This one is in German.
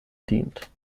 dient